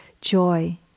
joy